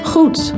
Goed